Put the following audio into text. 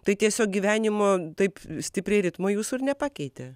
tai tiesiog gyvenimo taip stipriai ritmo jūsų ir nepakeitė